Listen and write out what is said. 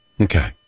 Okay